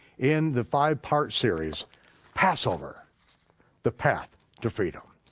in the five part series passover the path to freedom.